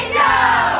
Show